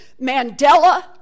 Mandela